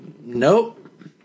Nope